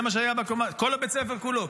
כל בית הספר כולו,